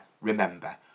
remember